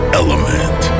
element